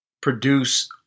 produce